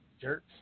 Jerks